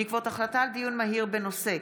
בעקבות החלטה על דיון מהיר בהצעתם